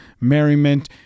Merriment